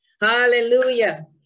Hallelujah